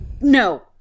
No